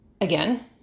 again